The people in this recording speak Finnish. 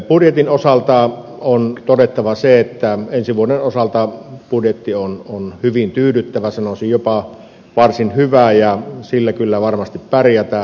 budjetin osalta on todettava se että ensi vuoden osalta budjetti on hyvin tyydyttävä sanoisin jopa varsin hyvä ja sillä kyllä varmasti pärjätään